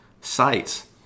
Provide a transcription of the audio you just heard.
sites